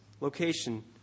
Location